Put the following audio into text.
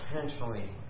potentially